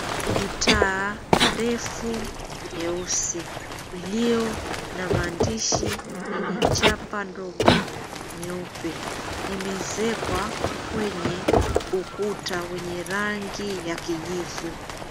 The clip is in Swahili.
Gitaa ndefu nyeusi iliyo na maandishi yenye chapa ndogo nyeupe imeezekwa kwenye ukuta wenye rangi ya kijivu.